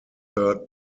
third